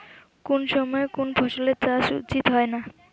কুন সময়ে কুন ফসলের চাষ করা উচিৎ না হয়?